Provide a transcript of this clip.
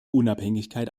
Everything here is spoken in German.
unabhängigkeit